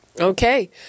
Okay